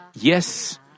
yes